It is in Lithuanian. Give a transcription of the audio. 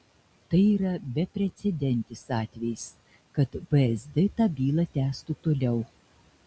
tai yra beprecedentis atvejis kad vsd tą bylą tęstų toliau